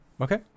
okay